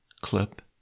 clip